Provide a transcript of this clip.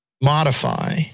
modify